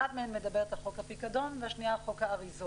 אחת מהן מדברת על חוק הפיקדון והשנייה על חוק האריזות,